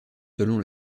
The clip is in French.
selon